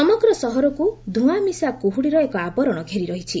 ସମଗ୍ର ସହରକୁ ଧୂଆଁମିଶା କୁହୁଡ଼ିର ଏକ ଆବରଣ ଘେରି ରହିଛି